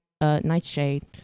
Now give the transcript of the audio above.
Nightshade